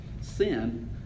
sin